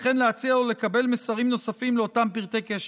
וכן להציע לו לקבל מסרים נוספים לאותם פרטי קשר.